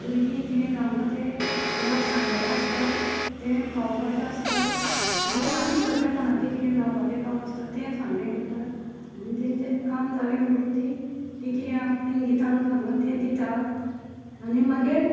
भुरगीं कितें जावंक ना तें देवाक सांगलेलें आसता तें पावोपाचें आसता नाजाल्यार आनी कसलें कोणाचें कितें जावपाचें काम आसता तें सांगणें करता आनी तांच्यान काम जालें म्हणटकच तीं तीं कितें आपणेन दिता म्हण सांगलां तें दिता आनी मागीर